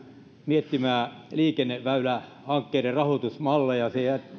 miettimään liikenneväylähankkeiden rahoitusmalleja se